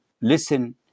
listen